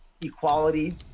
equality